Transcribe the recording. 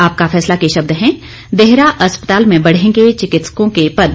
आपका फैसला के शब्द हैं देहरा अस्पताल में बढ़ेंगे चिकित्सकों के पद